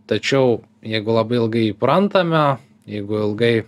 tačiau jeigu labai ilgai įprantame jeigu ilgai